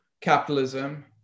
capitalism